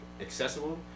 accessible